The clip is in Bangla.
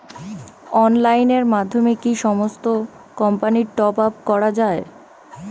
অনলাইনের মাধ্যমে কি সমস্ত কোম্পানির টপ আপ করা যায়?